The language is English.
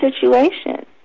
situation